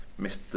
mr